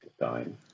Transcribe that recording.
time